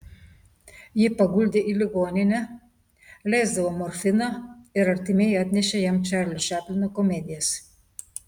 jį paguldė į ligoninę leisdavo morfiną ir artimieji atnešė jam čarlio čaplino komedijas